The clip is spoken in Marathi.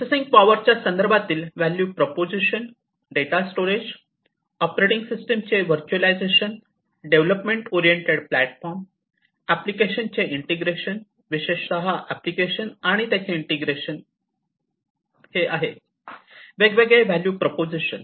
प्रोसेसिंग पॉवरच्या संदर्भातील value proposition data storage operating सिस्टिमचे व्हर्चुलायजेशन डेव्हलपमेंट ओरिएंटेड प्लॅटफॉर्म ऍप्लिकेशनचे इंटिग्रेशन विशेषतः ऍप्लिकेशन आणि त्यांचे इंटिग्रेशन तर हेआहे वेगवेगळे व्हॅल्यू प्रोपोझिशन